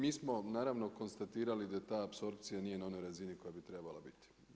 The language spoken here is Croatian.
Mi smo naravno konstatirali da apsorpcija nije na onoj razini koja bi trebala biti.